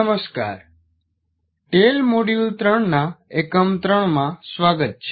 નમસ્કાર TEL module 3 ના એકમ 3 માં સ્વાગત છે